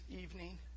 evening